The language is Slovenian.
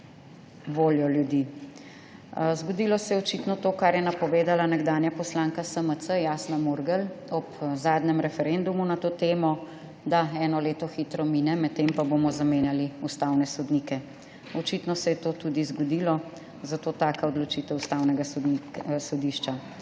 voljo ljudi. Zgodilo se je očitno to, kar je napovedala nekdanja poslanka SMC Jasna Murgel ob zadnjem referendumu na to temo, da eno leto hitro mine, medtem pa bomo zamenjali ustavne sodnike. Očitno se je to tudi zgodilo, zato taka odločitev Ustavnega sodišča.